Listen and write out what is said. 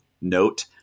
note